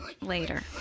later